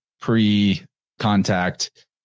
pre-contact